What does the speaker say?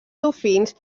dofins